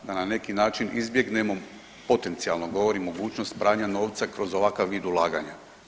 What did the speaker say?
Da na neki način izbjegnemo, potencijalno govorim, mogućnost pranja novca kroz ovakav vid ulaganja.